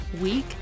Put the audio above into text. week